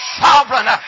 sovereign